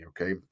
Okay